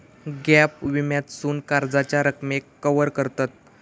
gap विम्यासून कर्जाच्या रकमेक कवर करतत